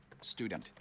student